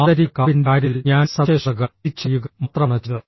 ആന്തരിക കാമ്പിന്റെ കാര്യത്തിൽ ഞാൻ സവിശേഷതകൾ തിരിച്ചറിയുക മാത്രമാണ് ചെയ്തത്